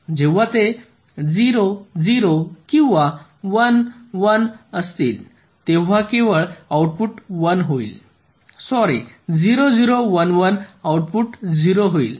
जेव्हा ते 0 0 किंवा 1 1 असतील तेव्हा केवळ आउटपुट 1 होईल सॉरी 0 0 1 1 आउटपुट 0 होईल